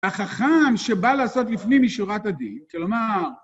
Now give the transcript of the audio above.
החכם שבא לעשות לפנים משורת הדין, כלומר,